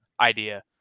idea